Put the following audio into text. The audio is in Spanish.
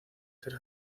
ser